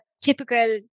typical